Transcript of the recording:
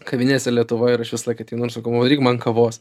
kavinėse lietuvoj ir aš visąlaik ateinu ir sakau padaryk man kavos